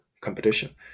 competition